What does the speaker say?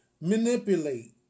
manipulate